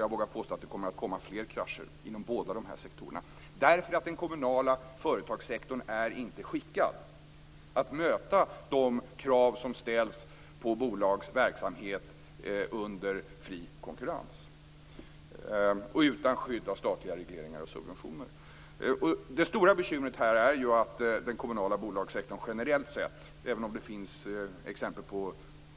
Jag vågar påstå att det kommer fler krascher inom båda dessa sektorer därför att den kommunala företagssektorn inte är skickad att möta de krav som ställs på bolags verksamhet under fri konkurrens och utan skydd av statliga regleringar och subventioner. Det stora bekymret här är ju att den kommunala bolagssektorn genrellt sett - även om det finns exempel